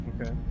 Okay